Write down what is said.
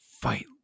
fight